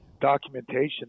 documentation